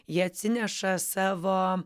jie atsineša savo